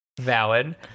Valid